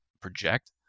project